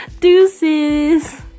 deuces